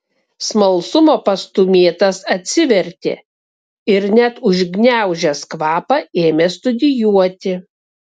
smalsumo pastūmėtas atsivertė ir net užgniaužęs kvapą ėmė studijuoti